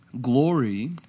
Glory